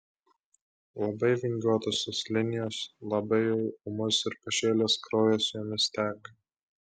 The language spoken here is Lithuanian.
labai vingiuotos tos linijos labai jau ūmus ir pašėlęs kraujas jomis teka